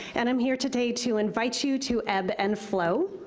and i'm here today to invite you to ebb and flow.